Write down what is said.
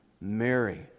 Mary